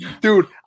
Dude